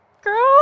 girl